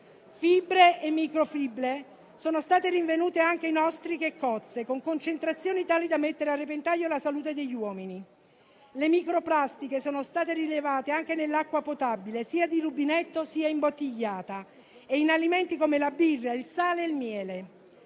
fibre e microfibre sono state rinvenute anche in ostriche e cozze, con concentrazioni tali da mettere a repentaglio la salute degli uomini; le microplastiche sono state rilevate anche nell'acqua potabile sia di rubinetto, sia imbottigliata e in alimenti come la birra, il sale e il miele.